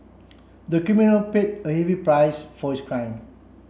the criminal paid a heavy price for his crime